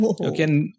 Okay